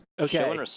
Okay